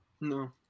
no